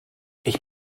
ich